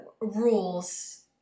rules